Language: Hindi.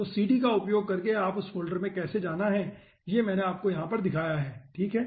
तो cd का उपयोग करके उस फ़ोल्डर में कैसे जाना है यह मैंने आपको यहाँ पर दिखाया है ठीक है